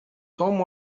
توم